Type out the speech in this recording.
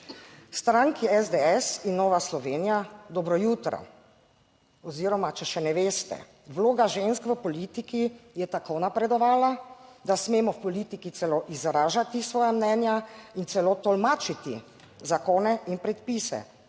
Stranki SDS in Nova Slovenija, dobro jutro! Oziroma, če še ne veste, vloga žensk v politiki je tako napredovala, da smemo v politiki celo izražati svoja mnenja in celo tolmačiti zakone in predpise,